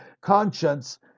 conscience